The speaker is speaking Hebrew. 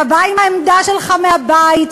אתה בא עם העמדה שלך מהבית,